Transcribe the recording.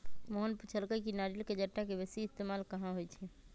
मोहन पुछलई कि नारियल के जट्टा के बेसी इस्तेमाल कहा होई छई